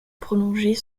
prolonger